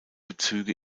bezüge